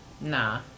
nah